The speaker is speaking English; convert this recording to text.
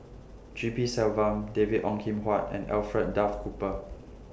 G P Selvam David Ong Kim Huat and Alfred Duff Cooper